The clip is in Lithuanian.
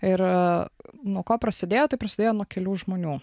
ir nuo ko prasidėjo tai prasidėjo nuo kelių žmonių